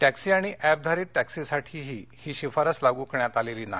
taxi आणि app आधारित टॅक्सीसाठी ही शिफारस लागू करण्यात आलेली नाही